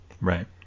Right